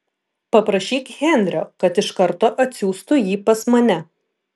paprašyk henrio kad iš karto atsiųstų jį pas mane